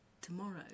tomorrow